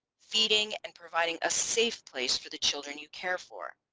feeding, and providing a safe place for the children you care for.